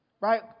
Right